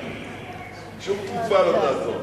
שום תרופה לא תעזור.